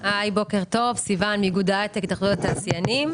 היי בוקר טוב סיון איגוד ההייטק התאחדות התעשיינים.